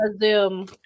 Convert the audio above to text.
Zoom